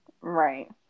right